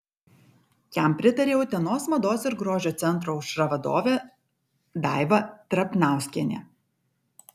jam pritarė utenos mados ir grožio centro aušra vadovė daiva trapnauskienė